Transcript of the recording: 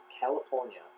California